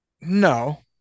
No